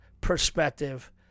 perspective